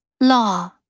Law